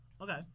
Okay